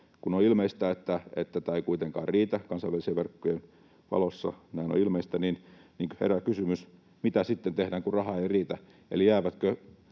Kun on ilmeistä, että tämä ei kuitenkaan riitä — kansainvälisten vertailujen valossa näin on ilmeistä — herää kysymys, mitä sitten tehdään, kun raha ei riitä. Jäävätkö